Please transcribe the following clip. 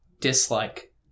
dislike